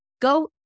Go